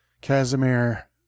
Casimir